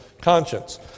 conscience